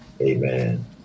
Amen